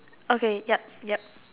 okay yup yup